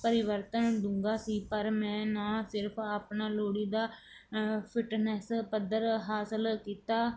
ਪਰਿਵਰਤਨ ਡੂੰਘਾ ਸੀ ਪਰ ਮੈਂ ਨਾ ਸਿਰਫ ਆਪਣਾ ਲੋੜੀਂਦਾ ਫਿਟਨੈਸ ਪੱਧਰ ਹਾਸਲ ਕੀਤਾ